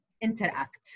interact